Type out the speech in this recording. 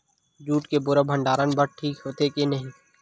Jute के बोरा भंडारण बर ठीक होथे के नहीं?